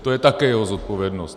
To je také jeho zodpovědnost.